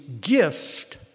gift